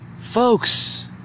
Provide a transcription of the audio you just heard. Folks